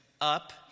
up